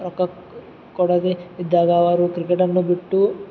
ರೊಕ್ಕ ಕೊಡದೇ ಇದ್ದಾಗ ಅವರು ಕ್ರಿಕೆಟನ್ನು ಬಿಟ್ಟು